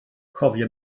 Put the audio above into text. cofia